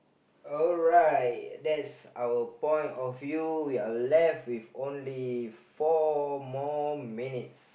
alright that's our point of you we are left with only four more minutes